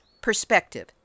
perspective